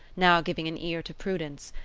now giving an ear to prudence,